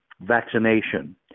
vaccination